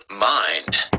mind